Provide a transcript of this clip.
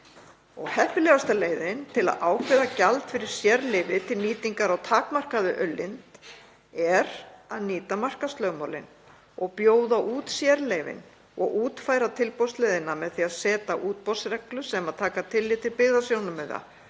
Heppilegasta leiðin til að ákveða gjald fyrir sérleyfi til nýtingar á takmarkaðri auðlind er að nýta markaðslögmálin, bjóða út sérleyfin og útfæra tilboðsleiðina með því að setja útboðsreglur sem taka tillit til byggðasjónarmiða,